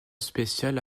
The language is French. spéciale